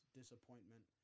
disappointment